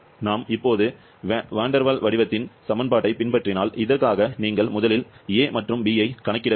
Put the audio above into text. நாம் இப்போது van der Waals வடிவத்தின் சமன்பாட்டைப் பின்பற்றினால் இதற்காக நீங்கள் முதலில் a மற்றும் b ஐ கணக்கிட வேண்டும்